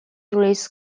risks